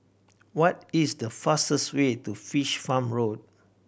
what is the fastest way to Fish Farm Road